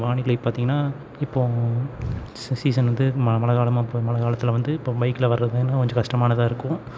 வானிலை பார்த்தீங்கனா இப்போது சீ சீசன் வந்து ம மழை காலமாக இப்போ மழை காலத்தில் வந்து இப்போ பைக்கில் வர்றமேனால் கொஞ்சம் கஷ்டமானதாக இருக்கும்